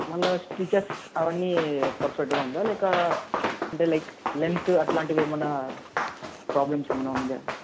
మళ్ళీ స్టిచ్చెస్ అవన్నీ పర్ఫెక్ట్గా ఉందా లేక అంటే లైక్ లెంగ్తు అంట్లాంటివి ఏమైనా ప్రాబ్లమ్స్ ఏమైనా ఉందా